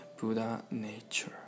Buddha-nature